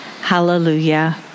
Hallelujah